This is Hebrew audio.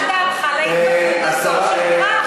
מה דעתך על ההתבטאות הזאת של טראמפ?